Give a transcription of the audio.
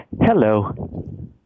Hello